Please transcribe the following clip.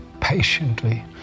patiently